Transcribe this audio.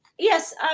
Yes